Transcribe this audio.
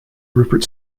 rupert